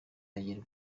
ari